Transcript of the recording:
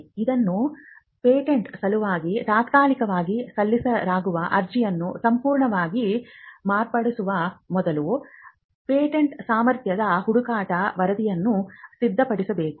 ಇದನ್ನು ಪೇಟೆಂಟ್ ಸಲುವಾಗಿ ತಾತ್ಕಾಲಿಕವಾಗಿ ಸಲ್ಲಿಸಲಾಗಿರುವ ಅರ್ಜಿಯನ್ನು ಸಂಪೂರ್ಣವಾಗಿ ಮಾರ್ಪಡಿಸುವ ಮೊದಲೇ ಪೇಟೆಂಟ್ ಸಾಮರ್ಥ್ಯದ ಹುಡುಕಾಟ ವರದಿಯನ್ನು ಸಿದ್ಧಪಡಿಸಬೇಕು